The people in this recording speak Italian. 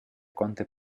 quante